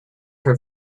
her